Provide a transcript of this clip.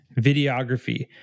videography